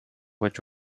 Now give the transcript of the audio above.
which